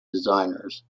designers